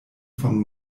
von